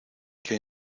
que